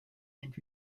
and